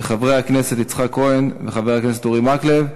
של חבר הכנסת יצחק כהן וחבר הכנסת אורי מקלב.